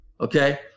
okay